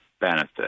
benefit